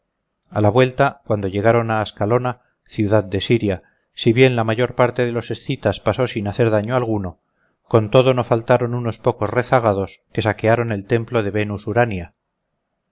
a la vuelta cuando llegaron a ascalona ciudad de siria si bien la mayor parte de los escitas pasó sin hacer daño alguno con todo no faltaron unos pocos rezagados que saquearon el templo de venus urania